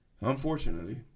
Unfortunately